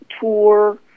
tour